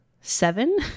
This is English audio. seven